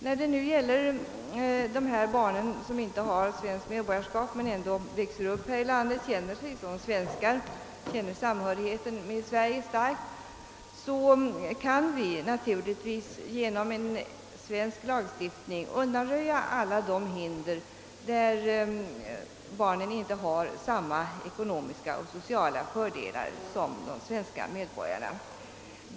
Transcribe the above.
När det gäller de barn som inte har svenskt medborgarskap men som ändå växer upp här i landet och känner sig som svenskar med en stark samhörighet med Sverige, kan vi naturligtvis genom en svensk lagstiftning undanröja alla de hinder som gör att barnen inte har samma ekonomiska och sociala fördelar som svenska medborgare.